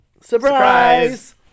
Surprise